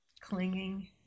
Clinging